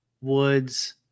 Woods